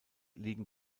liegen